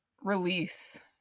Release